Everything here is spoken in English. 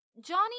Johnny